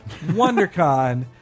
WonderCon